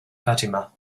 fatima